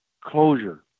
closure